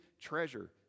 treasure